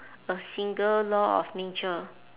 a single law of nature